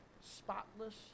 spotless